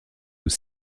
aux